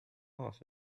off